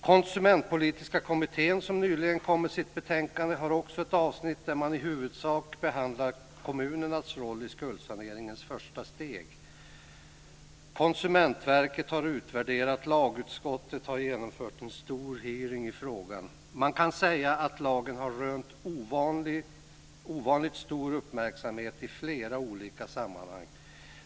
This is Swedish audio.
Konsumentpolitiska kommittén som nyligen kom med sitt betänkande har också ett avsnitt där man i huvudsak behandlar kommunernas roll i skuldsaneringens första steg. Konsumentverket har utvärderat. Lagutskottet har genomfört en stor hearing i frågan. Man kan säga att lagen har rönt ovanligt stor uppmärksamhet i flera olika sammanhang.